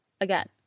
again